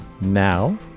Now